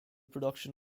production